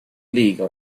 league